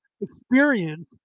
experience